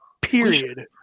period